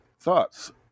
thoughts